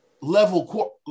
level